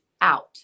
out